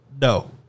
No